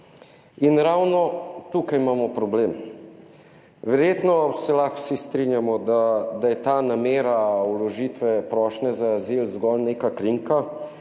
in ravno tukaj imamo problem. Verjetno se lahko vsi strinjamo, da je ta namera vložitve prošnje za azil zgolj neka krinka,